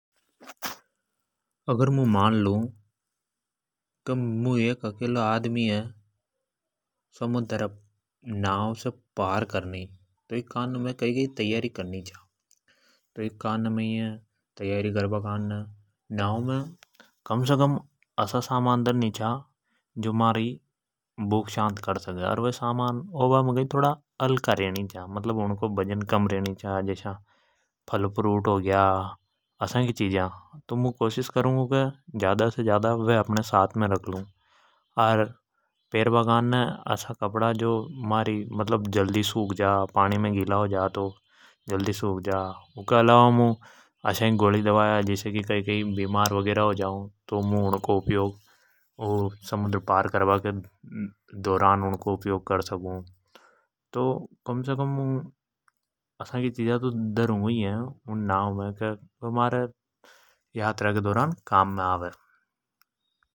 अगर मुं मान लू मै एक अकेला आदमी अ समुदर अ नाव से पार करनी। तो मै य नाव मे असा समान धर नि छा जो महारी भूख शान्त कर सके। अर वे समान होबा मे थोड़ा हल्का होनी छा। जस्या की फल फ़्रूट हो ग्या। अर फेर् बा कान ने जल्दी सुख बा हाला कपड़ा। इ के अलावा असा की गोली दवाया। की जद मुं बीमार हो जाऊँ तो समुद्र पार करबा के दौरान मु उनको उपयोग कर सकूँ। तो कम से कम मु असा की चिजा तो धरुन्गु है की नाव मे के महारे यात्रा के दौ रान काम मे आवे।